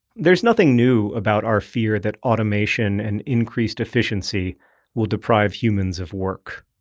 there's nothing new about our fear that automation and increased efficiency will deprive humans of work.